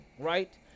right